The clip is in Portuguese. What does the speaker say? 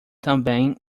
também